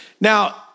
Now